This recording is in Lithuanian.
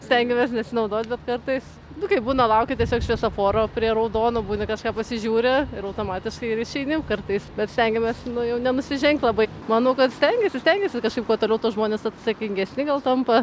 stengiamės nesinaudot bet kartais nu kaip būna lauki tiesiog šviesoforo prie raudonų būna kažką pasižiūri ir automatiškai išeini kartais bet stengiamės nu jau nenusižengt labai manau kad stengiasi stengiasi kažkaip kuo toliau tuo žmonės atsakingesni gal tampa